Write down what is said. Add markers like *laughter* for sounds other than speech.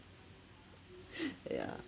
*breath* ya